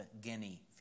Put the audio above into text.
Guinea